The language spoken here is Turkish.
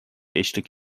eşlik